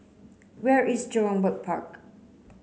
where is Jurong Bird Park